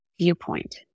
viewpoint